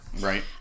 Right